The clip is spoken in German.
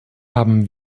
haben